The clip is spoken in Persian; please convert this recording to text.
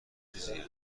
چیزیه